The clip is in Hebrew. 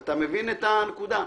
אתה מבין את הנקודה?